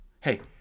Hey